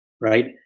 right